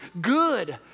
good